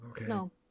No